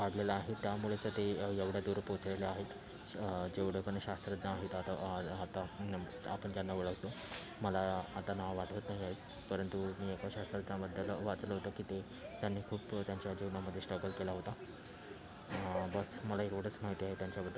काढलेला आहे त्यामुळेच तं ते एवढ्या दूर पोचलेले आहेत जेवढे पण शास्त्रज्ञ आहेत आता आता आपण त्यांना ओळखतो मला आता नाव आठवत नाही आहे परंतु मी एक वर्ष त्यांबद्दल वाचलं होतं की ते त्यांनी खूप त्यांच्या जीवनामध्ये स्ट्रगल केला होता बस मला एवढंच माहिती आहे त्यांच्याबद्दल